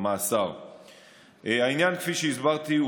כפי שהסברתי,